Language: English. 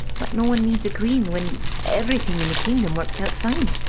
but no one needs a queen when everything in the kingdom works out fine.